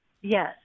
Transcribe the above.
Yes